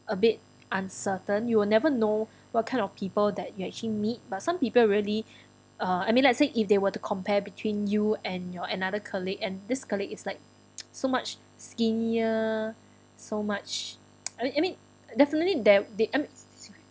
a bit uncertain you'll never know what kind of people that you actually meet but some people really uh I mean let's say if they were to compare between you and your another colleague and this colleague is like so much skinnier so much I mean I mean definitely there they I mean